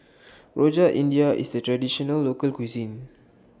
Rojak India IS A Traditional Local Cuisine